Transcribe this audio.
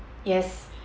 yes